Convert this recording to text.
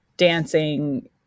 dancing